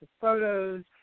photos